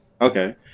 Okay